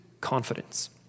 confidence